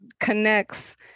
connects